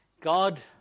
God